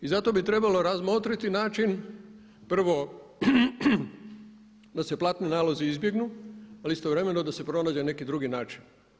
I zato bi trebalo razmotriti način prvo da se platni nalozi izbjegnu, ali istovremeno da se pronađe neki drugi način.